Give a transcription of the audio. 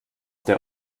der